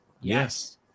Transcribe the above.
yes